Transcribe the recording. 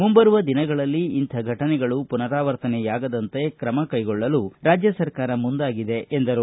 ಮುಂಬರುವ ದಿನಗಳಲ್ಲಿ ಇಂಥ ಫಟನೆಗಳು ಪುನರಾವರ್ತನೆಯಾಗದಂತೆ ಕ್ರಮ ಕೈಗೊಳ್ಳಲು ರಾಜ್ಯ ಸರ್ಕಾರ ಮುಂದಾಗಿದೆ ಎಂದರು